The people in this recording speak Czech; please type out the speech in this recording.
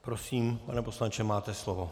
Prosím, pane poslanče, máte slovo.